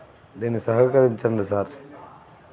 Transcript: దీన్ని సహకరించండి సార్